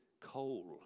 coal